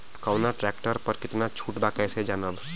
कवना ट्रेक्टर पर कितना छूट बा कैसे जानब?